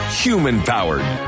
human-powered